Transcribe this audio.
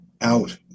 out